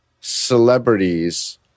celebrities